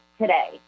today